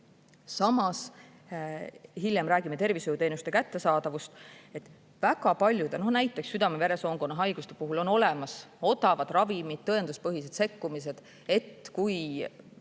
Hiljem räägime ka tervishoiuteenuste kättesaadavusest, aga väga paljude, näiteks südame-veresoonkonna haiguste puhul on olemas odavad ravimid, tõenduspõhised sekkumised, et kui